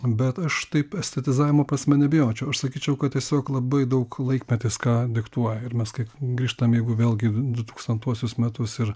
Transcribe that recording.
bet aš taip estetizavimo prasme nebijočiau aš sakyčiau kad tiesiog labai daug laikmetis ką diktuoja ir mes kai grįžtam jeigu vėlgi dutūkstantuosius metus ir